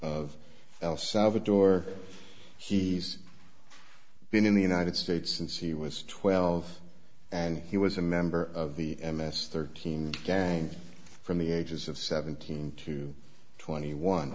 of el salvador he's been in the united states since he was twelve and he was a member of the m s thirteen gang from the ages of seventeen to twenty one